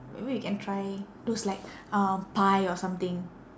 maybe we can try those like uh pie or something